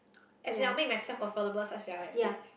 as in I'll make myself affordable such I will have needs